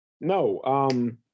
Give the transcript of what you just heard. No